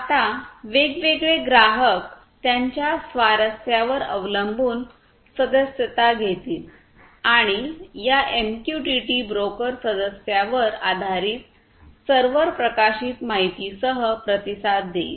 आता वेगवेगळे ग्राहक त्यांच्या स्वारस्यावर अवलंबून सदस्यता घेतील आणि या एमक्यूटीटी ब्रोकर सदस्यावर आधारित सर्व्हर प्रकाशित माहितीसह प्रतिसाद देईल